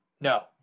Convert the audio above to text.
No